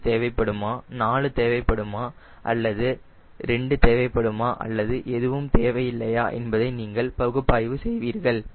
5 தேவைப்படுமா 4 தேவைப்படுமா அல்லது 2 தேவைப்படுமா அல்லது எதுவும் தேவையில்லையா என்பதை நீங்கள் பகுப்பாய்வு செய்வீர்கள்